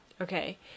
Okay